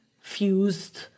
fused